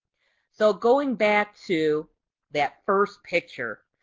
so going back to that first picture,